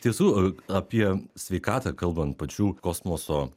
tiesų apie sveikatą kalbant pačių kosmoso